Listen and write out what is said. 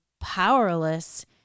powerless